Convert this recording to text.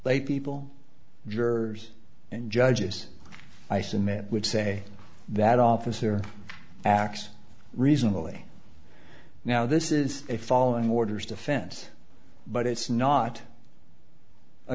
laypeople jurors and judges i submit would say that officer x reasonably now this is a following orders defense but it's not a